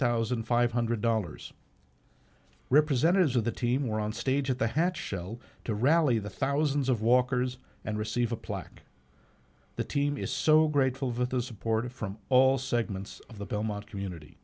thousand five hundred dollars representatives of the team were on stage at the hatch show to rally the thousands of walkers and receive a plaque the team is so grateful of of the support from all segments of the belmont community